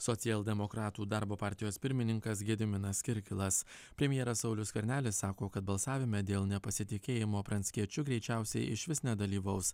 socialdemokratų darbo partijos pirmininkas gediminas kirkilas premjeras saulius skvernelis sako kad balsavime dėl nepasitikėjimo pranckiečiu greičiausiai išvis nedalyvaus